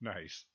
Nice